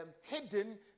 hidden